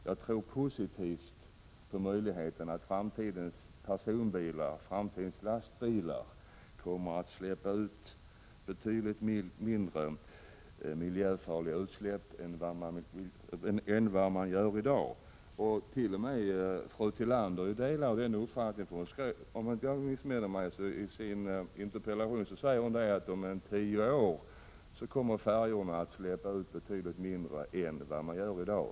Jag tror att framtidens personbilar och lastbilar kommer att medföra betydligt mindre miljöfarligt utsläpp än dagens bilar. Fru Tillander säger — jag delar den uppfattningen — i sin interpellation att färjorna om tio år kommer att släppa ut betydligt mindre än vad de gör i dag.